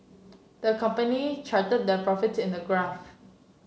the company charted their profits in a graph